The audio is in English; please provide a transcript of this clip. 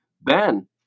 Ben